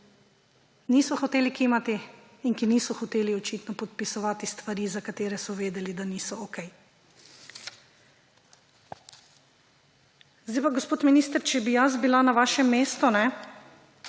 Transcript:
niso hoteli kimati in ki niso hoteli očitno podpisovati stvari, za katere so vedeli, da niso okej. Gospod minister, če bi jaz bila na vašem mestu,